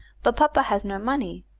but papa has no money,